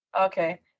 okay